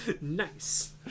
nice